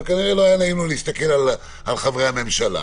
אבל כנראה לא היה נעים לו להסתכל על חברי הממשלה.